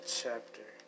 chapter